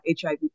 HIV